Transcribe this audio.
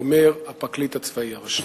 אומר הפרקליט הצבאי הראשי.